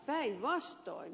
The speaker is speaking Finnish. päinvastoin